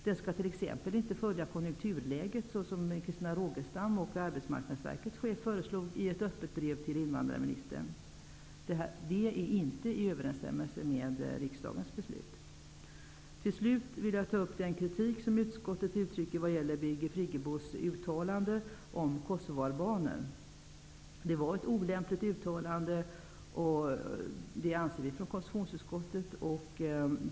Den skall t.ex. inte följa konjunkturläget, såsom Christina Rogestam och Arbetsmarknadsverkets chef föreslog i ett öppet brev till invandrarministern. Det står inte i överensstämmelse med riksdagens beslut. Till slut vill jag ta upp den kritik som utskottet uttrycker vad gäller Birgit Friggebos uttalande om kosovoalbaner. Vi i konstitutionsutskottet ansåg också att det var ett olämpligt uttalande.